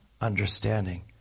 understanding